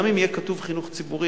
גם אם יהיה כתוב חינוך ציבורי,